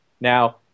now